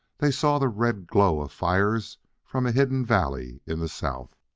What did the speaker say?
they saw the red glow of fires from a hidden valley in the south.